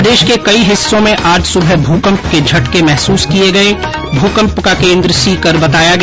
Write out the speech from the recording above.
प्रदेश के कई हिस्सों में आज सुबह भूकंप के झटके महसूस किए गए भूकंप का केन्द्र सीकर बताया गया